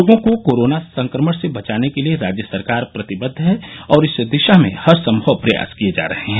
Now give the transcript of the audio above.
लोगों को कोरोना संक्रमण से बचाने के लिये राज्य सरकार प्रतिबद्ध है और इस दिशा में हर सम्भव प्रयास किये जा रहे हैं